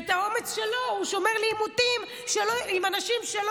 ואת האומץ שלו הוא שומר לעימותים עם אנשים שלא